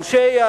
אנשי,